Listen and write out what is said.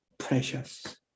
Precious